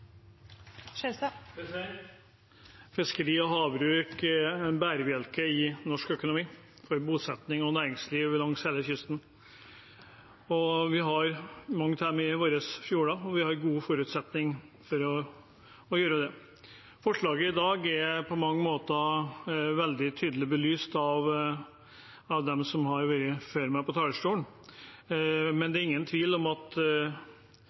en bærebjelke i norsk økonomi og for bosetning og næringsliv langs hele kysten. Vi har mangt i fjordene våre, og vi har gode forutsetninger for å gjøre dette. Forslaget i dag er på mange måter veldig tydelig belyst av dem som har vært før meg på talerstolen, men det er ingen tvil om at